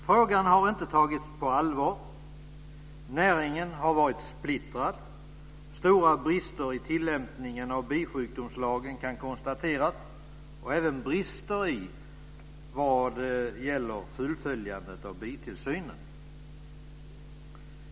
Frågan har inte tagits på allvar. Näringen har varit splittrad. Stora brister i tillämpningen av bisjukdomslagen kan konstateras och även brister vad gäller fullföljandet av bitillsynen.